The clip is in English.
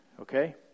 okay